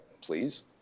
please